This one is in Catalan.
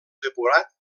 depurat